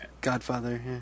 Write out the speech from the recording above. Godfather